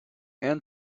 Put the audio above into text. and